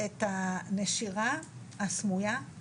את אותה תמיכה נוספת שהם